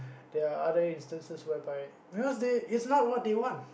there are other instances where by because they it's not what they want